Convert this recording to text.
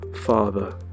Father